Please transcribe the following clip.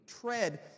tread